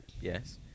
Yes